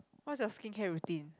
what's your skincare routine